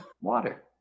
Water